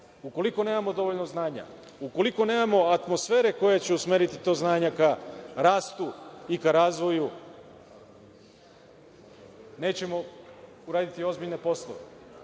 ukoliko nemamo dovoljno znanja, ukoliko nemamo atmosfere koja će usmeriti to znanje ka rastu i ka razvoju, nećemo uraditi ozbiljne poslove. Mislim